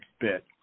bit